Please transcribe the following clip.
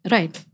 Right